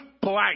blank